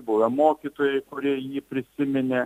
buvę mokytojai kurie jį prisiminė